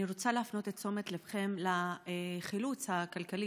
אני רוצה להפנות את תשומת ליבכם לחילוץ הכלכלי,